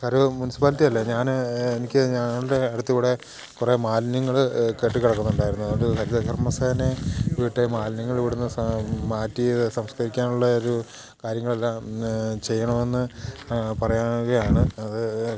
ഹരോ municipality അല്ലേ ഞാൻ എനിക്ക് ഞങ്ങളുടെ അടുത്തുകൂടി കുറേ മാലിന്യങ്ങൾ കെട്ടിക്കിടക്കുന്നുണ്ടായിരുന്നു അതുകൊണ്ട് ഹരിത കർമ്മസേനയെ വിട്ട് മാലിന്യങ്ങൾ ഇവിടെനിന്ന് മാറ്റി സംസ്കരിക്കാനുള്ള ഒരു കാര്യങ്ങളെല്ലാം ചെയ്യണമെന്ന് പറയുകയാണ് അത്